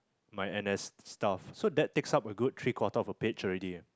my N_S stuff so that takes up a good three quarter of a page already leh